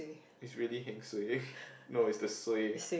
is really heng suay no is the suay